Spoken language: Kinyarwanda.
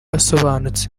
usobanutse